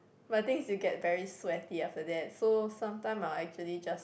but I think it get very sweating after that so sometimes I actually just